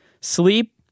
sleep